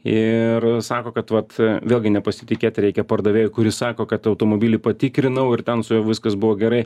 ir sako kad vat vėlgi nepasitikėti reikia pardavėju kuris sako kad automobilį patikrinau ir ten su juo viskas buvo gerai